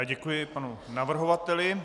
Děkuji panu navrhovateli.